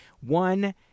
one